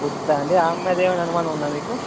పూజితా అండీ ఆమె మీద ఏమన్నా అనుమానం ఉందా మీకు